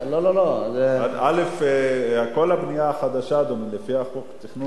כל הבנייה החדשה, לפי חוק התכנון והבנייה,